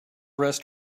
rest